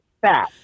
fat